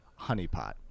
Honeypot